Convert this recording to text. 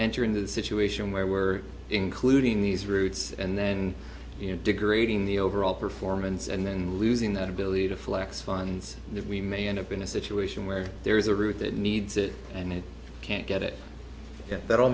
enter into the situation where we're including these routes and then you know degrading the overall performance and then losing that ability to flex funds and if we may end up in a situation where there is a route that needs it and it can't get it